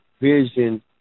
vision